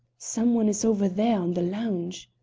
some one is over there on the lounge.